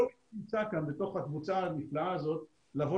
אני מזמין את כל מי שנמצא כאן בקבוצה הנפלאה הזאת לבוא